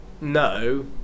No